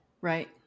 Right